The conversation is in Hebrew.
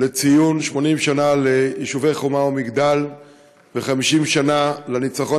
לציון 80 ליישובי חומה מגדל ו-50 שנה לניצחון